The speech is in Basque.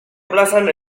plazan